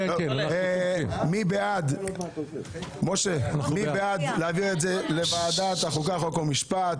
מי בעד העברה לוועדת החוקה, חוק ומשפט?